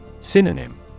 Synonym